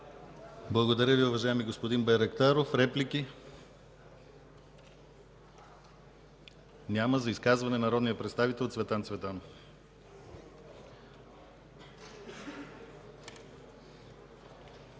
Благодаря Ви, уважаеми господин Байрактаров. Реплики? Няма. За изказване – народният представител Цветан Цветанов.